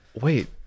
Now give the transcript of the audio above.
Wait